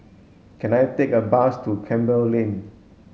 can I take a bus to Campbell Lane